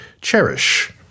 cherish